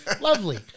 Lovely